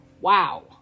Wow